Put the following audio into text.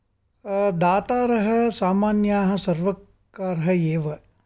दातारः समान्यः सार्वकारः एव